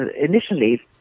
initially